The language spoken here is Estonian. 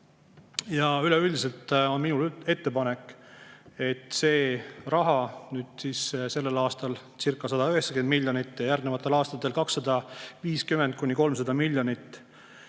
Üleüldiselt on minul ettepanek, et see raha – sellel aastalcirca190 miljonit ja järgnevatel aastatel 250–300 miljonit